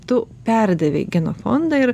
tu perdavei genofondą ir